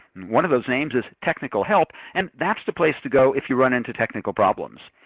one of those names is technical help, and that's the place to go if you run into technical problems.